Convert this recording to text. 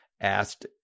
asked